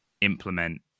implement